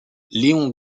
léon